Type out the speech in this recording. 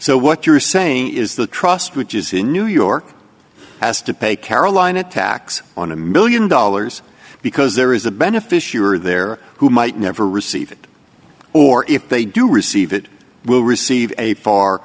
so what you're saying is the trust which is in new york has to pay carolina tax on a million dollars because there is a beneficiary there who might never receive it or if they do receive it will receive a far